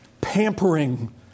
Pampering